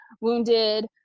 wounded